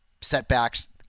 setbacks